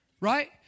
Right